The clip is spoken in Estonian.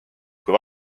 kui